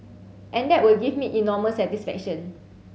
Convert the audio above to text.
and that will give me enormous satisfaction